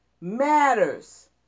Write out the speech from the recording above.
matters